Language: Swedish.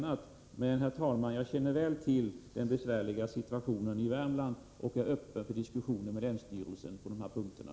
Till sist vill jag säga, herr talman, att jag väl känner till den besvärliga situationen i Värmland och är öppen för diskussioner med länsstyrelsen på de här punkterna.